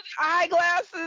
Eyeglasses